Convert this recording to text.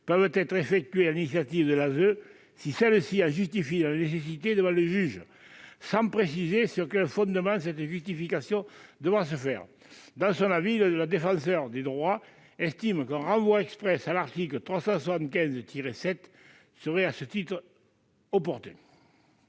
peuvent être effectuées sur l'initiative de l'ASE, si celle-ci en justifie la nécessité devant le juge, mais la rédaction ne précise pas sur quel fondement cette justification devra se faire. Dans son avis, la Défenseure des droits estime qu'un renvoi à l'article 375-7 du code civil serait opportun.